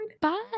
Bye